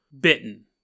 bitten